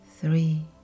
three